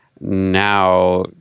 now